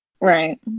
Right